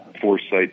foresight